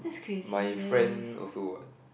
my friend also what